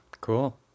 Cool